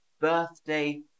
birthday